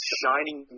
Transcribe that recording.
shining